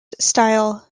style